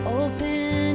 open